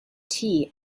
tea